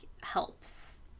helps